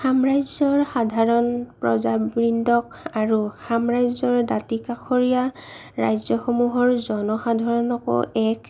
সাম্ৰাজ্যৰ সাধাৰণ প্ৰজাবৃন্দক আৰু সাম্ৰাজ্যৰ দাতিকাষৰীয়া ৰাজ্য়সমূূহৰ জনসাধাৰণকো এক